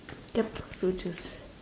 yup fruit juice